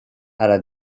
alla